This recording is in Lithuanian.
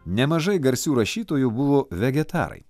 nemažai garsių rašytojų buvo vegetarai